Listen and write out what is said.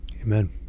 Amen